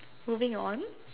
moving on